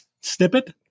snippet